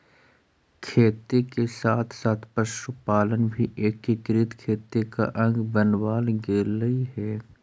खेती के साथ साथ पशुपालन भी एकीकृत खेती का अंग बनवाल गेलइ हे